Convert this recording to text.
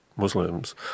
Muslims